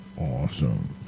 Awesome